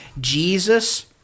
Jesus